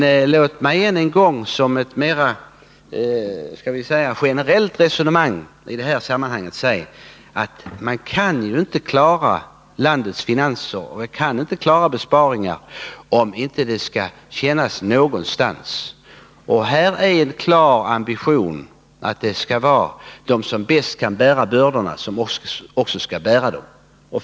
Låt mig än en gång som ett mera generellt resonemang säga att man kan inte med besparingar klara landets finanser utan att det känns någonstans. Här är det en klar ambition att de som bäst kan bära bördorna också skall bära dem.